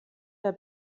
der